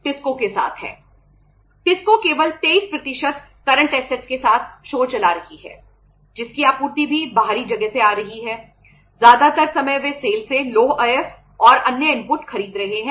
टिस्को का प्रबंधन कर रहे हैं